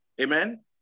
amen